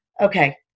okay